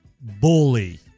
bully